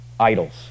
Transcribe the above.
idols